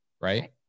Right